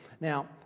Now